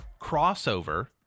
crossover